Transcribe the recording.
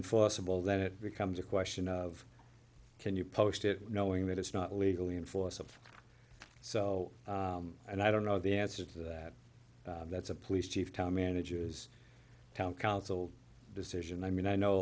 enforceable then it becomes a question of can you post it knowing that it's not legally enforceable so and i don't know the answer to that that's a police chief town manages town council decision i mean i know